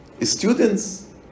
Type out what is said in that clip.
Students